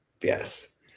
Yes